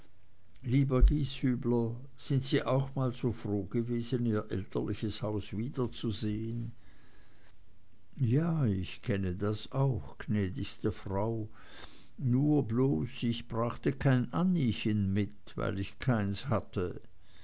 lieber gieshübler sind sie auch mal so froh gewesen ihr elterliches haus wiederzusehen ja ich kenne das auch gnädigste frau nur bloß ich brachte kein anniechen mit weil ich keins hatte